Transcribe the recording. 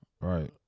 right